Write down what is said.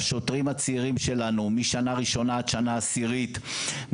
לשוטרים הצעירים שלנו משנה ראשונה עד שנה עשירית,